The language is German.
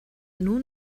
nun